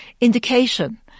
indication